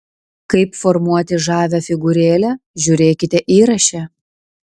kaip formuoti žavią figūrėlę žiūrėkite įraše